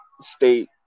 state